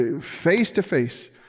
Face-to-face